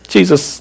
Jesus